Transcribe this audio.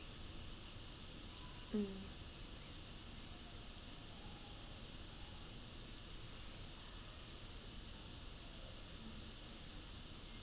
mm